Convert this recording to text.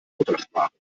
muttersprache